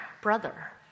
brother